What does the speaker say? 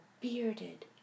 bearded